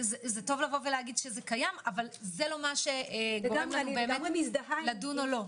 זה טוב להגיד שזה קיים אבל זה לא מה שגורם לנו לדון או לא.